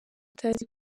utazi